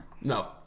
No